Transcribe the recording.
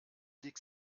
liegt